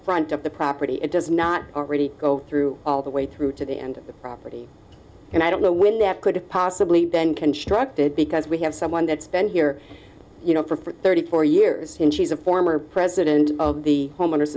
front of the property it does not already go through all the way through to the end of the property and i don't know when that could have possibly been constructed because we have someone that's been here you know for thirty four years and she's a former president of the homeowners